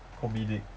comedic